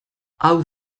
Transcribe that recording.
hau